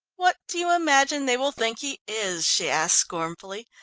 what do you imagine they will think he is? she asked scornfully.